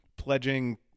pledging